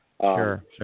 sure